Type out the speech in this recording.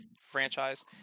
franchise